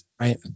right